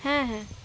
হ্যাঁ হ্যাঁ